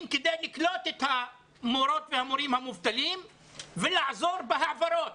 כדי לקלוט את המורות והמורים המובטלים ולעזור בהעברות